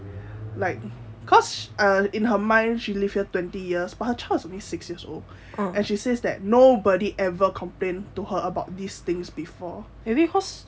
like cause uh in her mind she live here twenty years but her child only six years old and she says that nobody ever complained to her about these things before